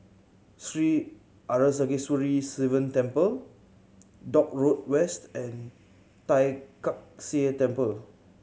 Sri Arasakesari Sivan Temple Dock Road West and Tai Kak Seah Temple